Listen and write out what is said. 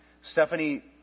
Stephanie